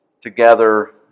together